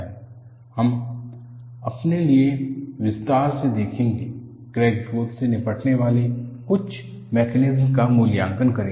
हम देखेंगे कि हमारे लिए विस्तार से क्रैक ग्रोथ से निपटने वाले कुछ मैकेनिज्म को समझेंगे